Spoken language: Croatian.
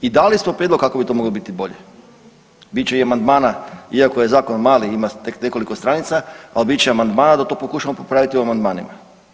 I dali smo prijedlog kako bi to moglo biti bolje, bit će i amandmana iako je zakon mali ima tek nekoliko stranica, ali biti će amandmana da to pokušamo popraviti u amandmanima.